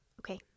Okay